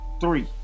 three